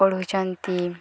ପଢ଼ୁଛନ୍ତି